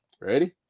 Ready